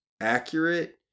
accurate